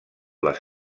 les